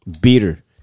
Bitter